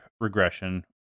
regression